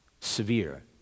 severe